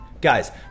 Guys